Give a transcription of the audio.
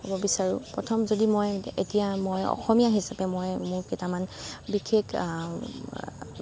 ক'ব বিচাৰোঁ প্ৰথম যদি মই এতিয়া মই অসমীয়া হিচাপে মই মোৰ কেইটামান বিশেষ